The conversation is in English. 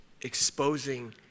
exposing